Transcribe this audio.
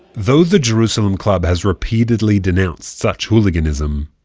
though the jerusalem club has repeatedly denounced such hooliganism,